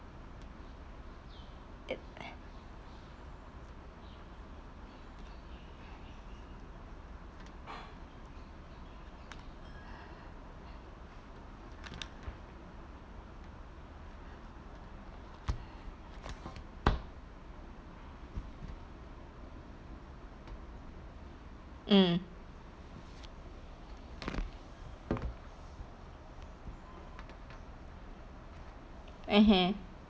it mm mmhmm